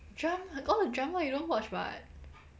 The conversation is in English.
drama all the drama you don't watch [what]